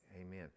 Amen